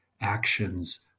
actions